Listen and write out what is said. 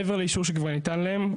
מעבר לאישור שכבר ניתן להם.